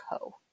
co